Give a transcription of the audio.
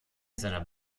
seiner